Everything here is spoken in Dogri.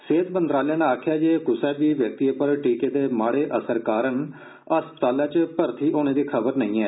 सेहत मंत्रालय ने आक्खेआ ऐ जे कृसै बी व्यक्ति पर टीके दे माड़े असर कारण अस्पताल च भर्थी होने दी खबर नेहीं ऐ